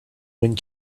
wind